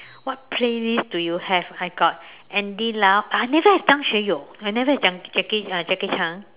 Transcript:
what playlist do you have I got Andy Lau I never have Zhang-Xue-You I never have Jacky uh Jacky Cheung